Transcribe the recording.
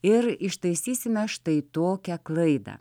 ir ištaisysime štai tokią klaidą